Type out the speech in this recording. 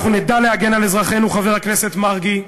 אנחנו נדע להגן על אזרחינו, חבר הכנסת מרגי,